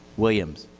williams?